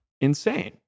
Insane